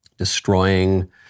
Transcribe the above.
destroying